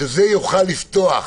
שזה יוכל לפתוח